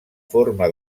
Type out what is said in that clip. forma